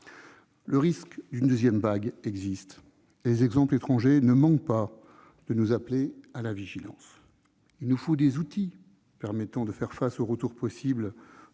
Le risque d'une deuxième vague existe : les exemples étrangers ne manquent pas de nous appeler à la vigilance. Il nous faut des outils qui nous permettent de faire face au retour possible